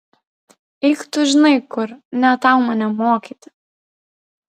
eik tu žinai kur ne tau mane mokyti